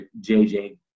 JJ